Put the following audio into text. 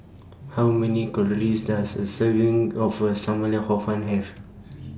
How Many Calories Does A Serving of SAM Lau Hor Fun Have